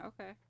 okay